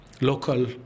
local